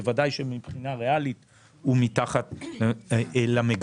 בוודאי שמבחינה ריאלית הוא מתחת למגמה.